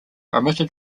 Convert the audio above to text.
omitted